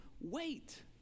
wait